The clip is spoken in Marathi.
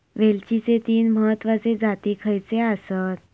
वेलचीचे तीन महत्वाचे जाती खयचे आसत?